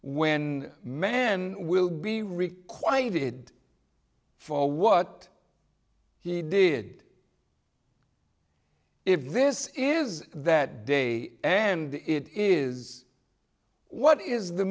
when man will be requited for what he did if this is that day and it is what is the